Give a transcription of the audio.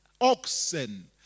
oxen